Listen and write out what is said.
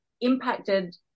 impacted